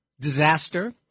disaster